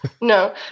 no